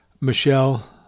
Michelle